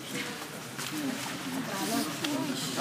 חבר הכנסת יאיר לפיד, אתה עולה לברך אותה.